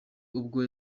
ubwo